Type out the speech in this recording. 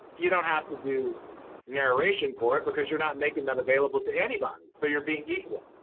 you don't have to do narration for it because you're not making that available to anybody, so you're being equal.